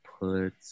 put